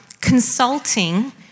consulting